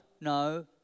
no